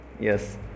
yes